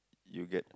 you get